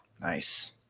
nice